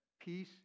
Peace